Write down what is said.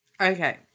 Okay